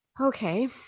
Okay